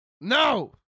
No